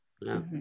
No